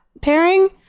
pairing